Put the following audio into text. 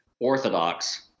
orthodox